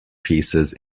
pieces